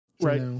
Right